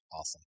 Awesome